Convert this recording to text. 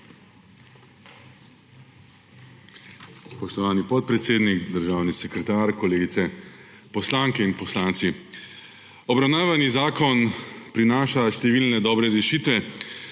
Spoštovani podpredsednik, državni sekretar, kolegice poslanke in poslanci! Obravnavani zakon prinaša številne dobre rešitve,